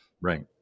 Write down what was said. Right